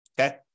Okay